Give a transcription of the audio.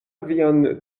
vian